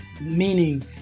meaning